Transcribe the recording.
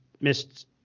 missed